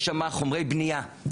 יש שמה חומרי בנייה,